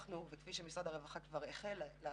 אנחנו, וכפי שמשרד הרווחה כבר החל לעשות,